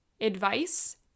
advice